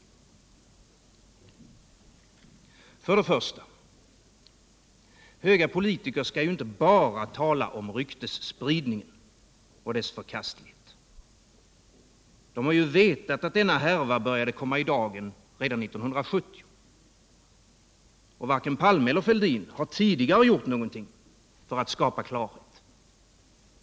För det första: Höga politiker skall inte bara tala om ryktesspridning och dess förkastlighet. De har vetat att denna härva började komma i dagen redan 1970. Varken Olof Palme eller Thorbjörn Fälldin har tidigare gjort någonting för att skapa klarhet.